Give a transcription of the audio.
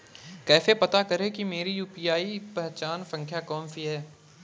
कैसे पता करें कि मेरी यू.पी.आई पहचान संख्या कौनसी है?